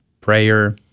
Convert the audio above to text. prayer